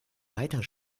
weiter